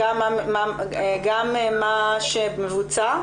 גם מה שמבוצע,